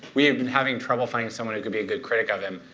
we had been having trouble finding someone who could be a good critic of him,